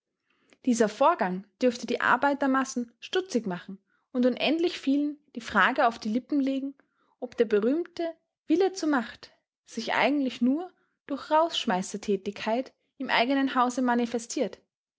dieser vorgang dürfte die arbeitermassen stutzig machen und unendlich vielen die frage auf die lippen legen ob der berühmte wille zur macht sich eigentlich nur durch rausschmeißertätigkeit im eigenen hause manifestiert